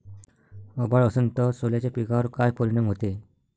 अभाळ असन तं सोल्याच्या पिकावर काय परिनाम व्हते?